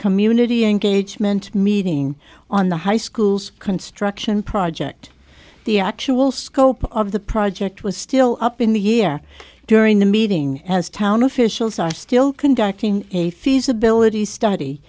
community engagement meeting on the high school's construction project the actual scope of the project was still up in the year during the meeting as town officials are still conducting a feasibility study